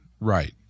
right